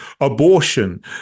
abortion